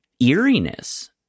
eeriness